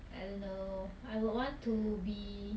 I don't know I would want to be